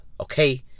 okay